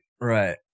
Right